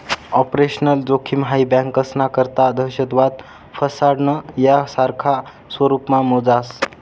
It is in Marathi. ऑपरेशनल जोखिम हाई बँकास्ना करता दहशतवाद, फसाडणं, यासारखा स्वरुपमा मोजास